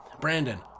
Brandon